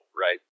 right